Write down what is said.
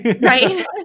Right